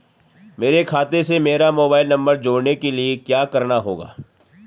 मेरे खाते से मेरा मोबाइल नम्बर जोड़ने के लिये क्या करना होगा?